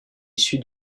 issue